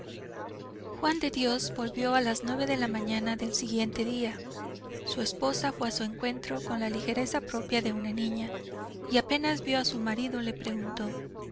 juan de dios volvió a las nueve de la mañana del siguiente día su esposa fue a su encuentro con la ligereza propia de una niña y apenas vio a su marido le preguntó